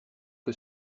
que